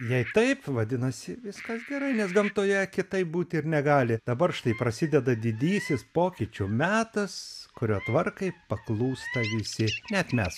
jei taip vadinasi viskas gerai nes gamtoje kitaip būti ir negali dabar štai prasideda didysis pokyčių metas kurio tvarkai paklūsta visi net mes